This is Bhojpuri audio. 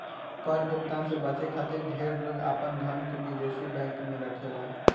कर भुगतान से बचे खातिर ढेर लोग आपन धन के विदेशी बैंक में रखेला